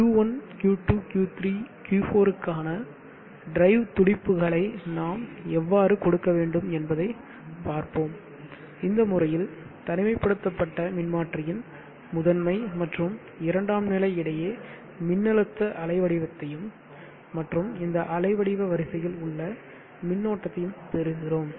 Q1 Q2 Q3 Q4 க்கான drive துடிப்புகளை நாம் எவ்வாறு கொடுக்க வேண்டும் என்பதைப் பார்ப்போம் இந்த முறையில் தனிமைப்படுத்தப்பட்ட மின்மாற்றியின் முதன்மை மற்றும் இரண்டாம் நிலை இடையே மின்னழுத்த அலைவடிவத்தையும் மற்றும் இந்த அலை வடிவ வரிசையில் உள்ள மின்னோட்டத்தையும் பெறுகிறோம்